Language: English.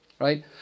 right